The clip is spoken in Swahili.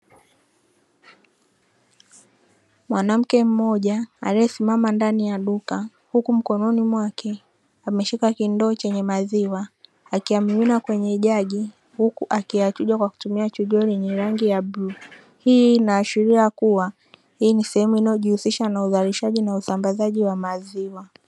Mwanamke mmoja aliyesimama ndani ya duka, huku mkononi mwake ameshika kindoo chenye maziwa akiyamimina kwenye jagi huku akiyachuja kwa kutumia chujio lenye rangi ya bluu. Hii inaashiria kuwa hii ni sehemu inayojihusisha na uzalishaji na usambazaji wa maziwa.